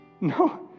No